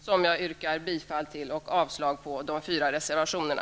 Jag yrkar bifall till utskottets hemställan och avslag på de fyra reservationerna.